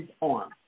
on